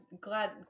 glad